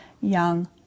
young